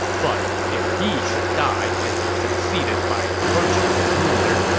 but if he should die and be succeeded by a virtuous ruler,